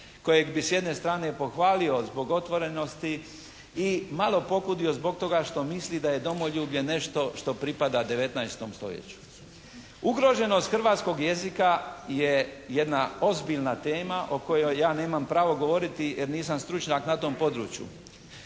kojeg bi s jedne strane pohvalio zbog otvorenosti i malo pokudio zbog toga što misli da je domoljublje nešto što pripada 19. stoljeću. Ugroženost hrvatskog jezika je jedna ozbiljna tema o kojoj ja nemam pravo govoriti jer nisam stručnjak na tom području.